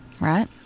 right